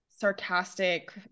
sarcastic